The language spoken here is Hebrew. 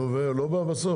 נו, ולא באו בסוף?